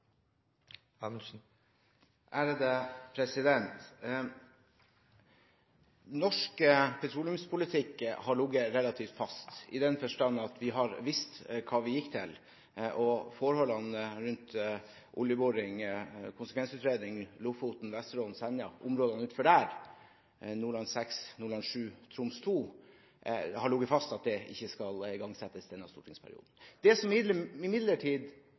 blir replikkordskifte. Norsk petroleumspolitikk har ligget relativt fast i den forstand at vi har visst hva vi gikk til. Når det gjelder oljeboring og konsekvensutredning om Lofoten, Vesterålen og Senja og områdene utenfor der, samt Nordland VI, Nordland VII og Troms II, har det ligget fast at det ikke skal igangsettes denne stortingsperioden. Det som imidlertid